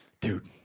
dude